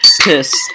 piss